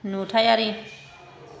नुथायारि